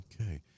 Okay